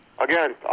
Again